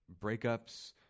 breakups